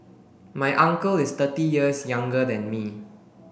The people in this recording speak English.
my uncle is thirty years younger than me